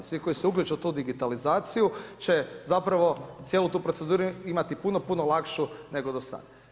Svi koji se uključe u tu digitalizaciju će zapravo cijelu tu proceduru imati puno, puno lakšu nego do sada.